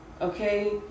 Okay